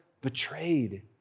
betrayed